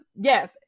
yes